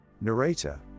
narrator